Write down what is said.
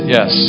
Yes